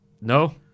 No